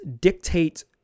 dictate